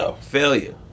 Failure